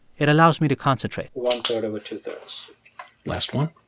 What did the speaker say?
it allows me to concentrate one-third over two-thirds last one